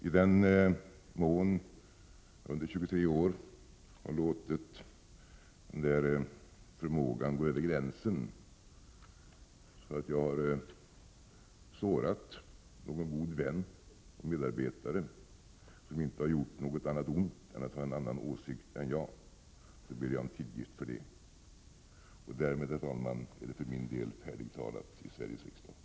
I den mån jag under 23 år har låtit denna förmåga passera gränsen, så att jag har sårat någon god vän och medarbetare — som inte har gjort något annat ont än att ha en annan åsikt än jag — ber jag om tillgift för det. Därmed, herr talman, är det för min del färdigtalat i Sveriges riksdag.